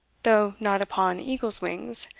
though not upon eagle's wings,